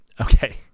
Okay